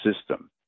system